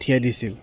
পঠিয়াই দিছিল